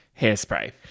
hairspray